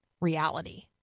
reality